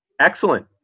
Excellent